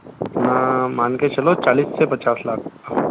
अपना मान के चलो चालीस से पचास लाख का